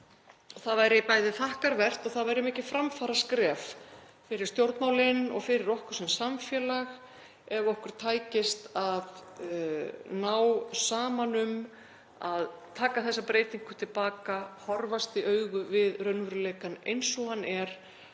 Það væri bæði þakkarvert og það væri mikið framfaraskref fyrir stjórnmálin og fyrir okkur sem samfélag ef okkur tækist að ná saman um að taka þessa breytingu til baka, horfast í augu við raunveruleikann eins og hann er